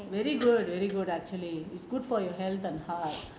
very good very good actually is good for your health and heart